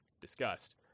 discussed